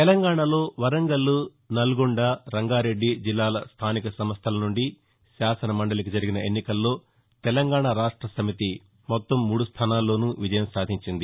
తెలంగాణలో వరంగల్ నల్గొండ రంగారెడ్డి జిల్లాల స్థానిక సంస్థలనుండి శాసన మండలకి జరిగిన ఎన్నికల్లో తెలంగాణ రాష్ట సమితి మొత్తం మూడు స్థానాల్లోనూ విజయం సాధించింది